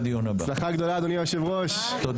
הישיבה ננעלה בשעה 14:25. הישיבה ננעלה בשעה 14:25.